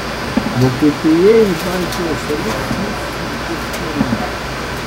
vokietija į baltijos šalis siųs šimtus karių